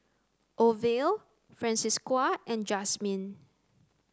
Orvil Francisqui and Jasmin